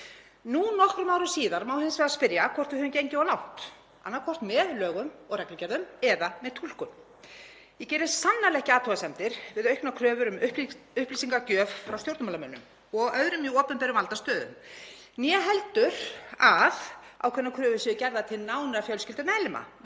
Nú nokkrum árum síðar má hins vegar spyrja hvort við höfum gengið of langt, annaðhvort með lögum og reglugerðum eða með túlkun. Ég geri sannarlega ekki athugasemdir við auknar kröfur um upplýsingagjöf frá stjórnmálamönnum og öðrum í opinberum valdastöðum né heldur að ákveðnar kröfur séu gerðar til náinna fjölskyldumeðlima